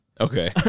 Okay